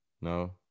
No